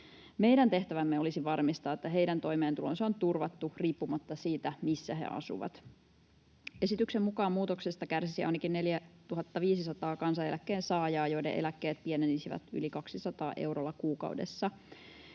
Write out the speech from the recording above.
Meidän tehtävämme olisi varmistaa, että heidän toimeentulonsa on turvattu riippumatta siitä, missä he asuvat. Esityksen mukaan muutoksesta kärsisi ainakin 4 500 kansaneläkkeen saajaa, joiden eläkkeet pienenisivät yli 200 eurolla kuukaudessa.